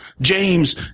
James